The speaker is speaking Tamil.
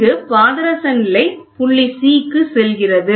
இங்கே பாதரச நிலை புள்ளி C க்கு செல்கிறது